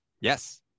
Yes